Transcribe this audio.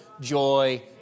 joy